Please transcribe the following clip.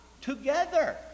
Together